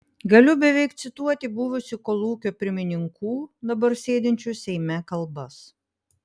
galiu beveik cituoti buvusių kolūkio pirmininkų dabar sėdinčių seime kalbas